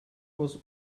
was